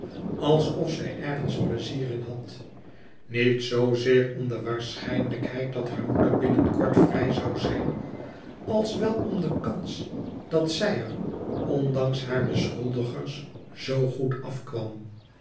alsof zij ergens pleizier in had niet zoozeer om de waarschijnlijkheid dat haar moeder binnen kort vry zou zijn als wel om de kans dat zij er ondanks haar beschuldigers zoo goed af